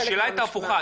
השאלה הייתה הפוכה,